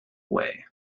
way